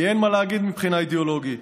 כי אין מה להגיד מבחינה אידיאולוגית.